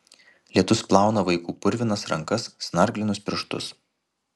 lietus plauna vaikų purvinas rankas snarglinus pirštus